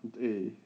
嗯对